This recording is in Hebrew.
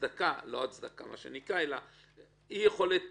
שהייתה אי-יכולת